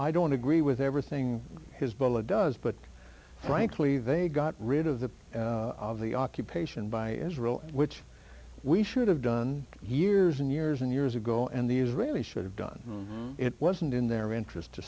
i don't agree with everything hizbollah does but frankly they got rid of the of the occupation by israel which we should have done years and years and years ago and the israelis should have done it wasn't in their interest to